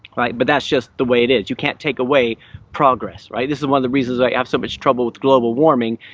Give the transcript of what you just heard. but that's just the way it is. you can't take away progress this is one of the reasons i have so much trouble with global warming.